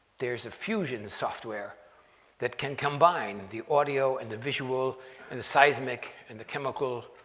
there's a fusion software that can combine the audio and the visual and the seismic and the chemical,